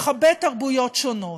לכבד תרבויות שונות.